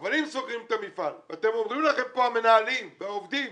אבל אם סוגרים את המפעל ואומרים לכם פה המנהלים והעובדים